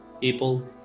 people